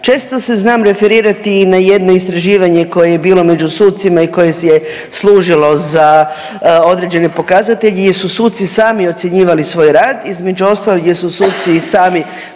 Često se znam referirati i na jedno istraživanje koje je bilo među sucima i koje je služilo za određene pokazatelje gdje su suci sami ocjenjivali svoj rad. Između ostalog gdje su suci i sami